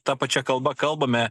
ta pačia kalba kalbame